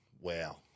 Wow